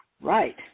Right